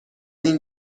این